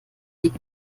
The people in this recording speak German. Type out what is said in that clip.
liegt